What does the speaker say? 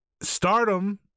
stardom